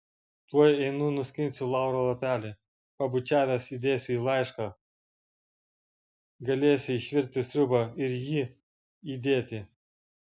tuoj einu nuskinsiu lauro lapelį pabučiavęs įdėsiu į laišką galėsi išvirti sriubą ir jį įdėti